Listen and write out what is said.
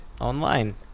online